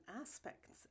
aspects